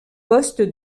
poste